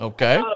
Okay